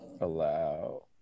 Allow